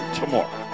tomorrow